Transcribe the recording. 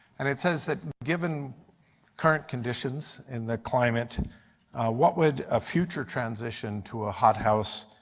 and it says that given current conditions in the climate what would a future transition to a hot house,